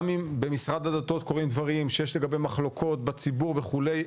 גם אם במשרד הדתות קורים דברים שיש לגביהם מחלוקות בציבור וכו',